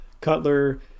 Cutler